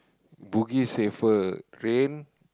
Bugis safer rain